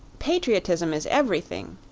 patriotism is everything,